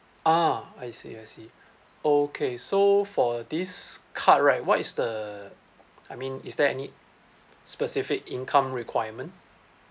ah I see I see okay so for this card right what is the I mean is there any specific income requirement